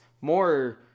more